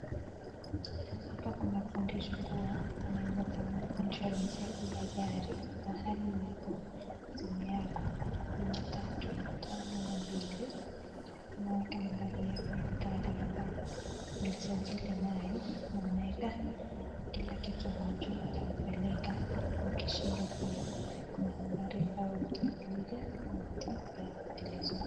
Hapa kuna fundisho kua, unaweza tengeneza [insurance] yako ya gari mahali ulipo na simu yako kwa kufinya tatu tano mbili. Unaweka nambari yako ya gari ambayo ulisajili nayo na unaeka kila kitu ambacho itakupeleka. Ukishindwa pia kuna nambari ambayo utaipiga na watakupea maelezo